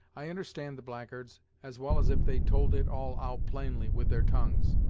i understand the blackguards as well as if they'd told it all out plainly, with their tongues.